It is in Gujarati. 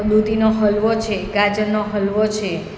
દૂધીનો હલવો છે ગાજરનો હલવો છે